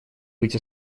быть